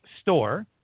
store